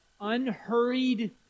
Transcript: Unhurried